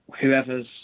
whoever's